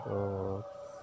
ত'